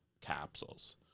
capsules